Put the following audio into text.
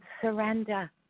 surrender